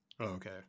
Okay